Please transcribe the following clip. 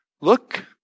Look